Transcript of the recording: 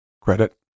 Credit